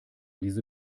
diese